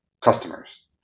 Customers